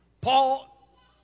Paul